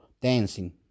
dancing